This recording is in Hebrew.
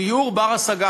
דיור בר-השגה,